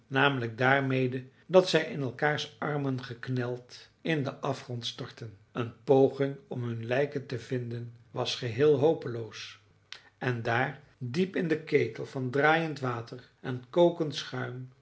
namelijk daarmede dat zij in elkaars armen gekneld in den afgrond stortten een poging om hun lijken te vinden was geheel hopeloos en daar diep in den ketel van draaiend water en kokend schuim